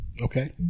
okay